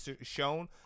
shown